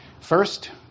First